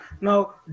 Now